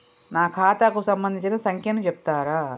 నా ఖాతా కు సంబంధించిన సంఖ్య ను చెప్తరా?